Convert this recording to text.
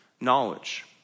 knowledge